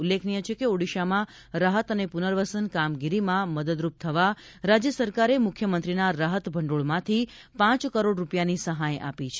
ઉલ્લેખનીય છે કે ઓડીશામાં રાહત અને પુનર્વસન કામગીરીમાં મદદરૂપ થવા રાજ્ય સરકારે મુખ્યમંત્રીના રાહતભંડોળમાંથી પાંચ કરોડ રૂપિયાની સહાય આપી છે